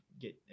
get